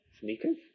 sneakers